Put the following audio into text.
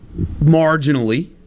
Marginally